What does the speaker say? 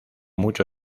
mucho